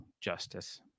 justice